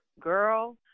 girl